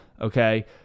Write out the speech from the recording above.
Okay